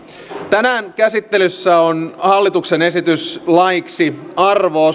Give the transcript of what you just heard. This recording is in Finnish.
tänään käsittelyssä on hallituksen esitys laiksi arvo